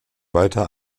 weiter